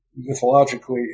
Mythologically